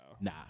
Nah